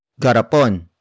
Garapon